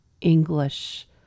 English